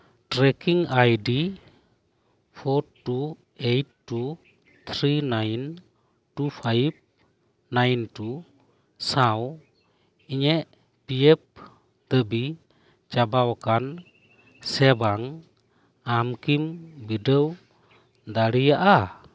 trekking ID four two eight two three nine two five nine two ᱥᱟᱶ ᱤᱧᱟᱜ P F ᱫᱟᱹᱵᱤ ᱪᱟᱵᱟᱣᱟᱠᱟᱱ ᱥᱮ ᱵᱟᱝ ᱟᱢ ᱠᱤᱢ ᱵᱤᱰᱟᱹᱣ ᱫᱟᱲᱮᱭᱟᱜᱼᱟ